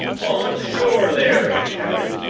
on shore there! he shouted,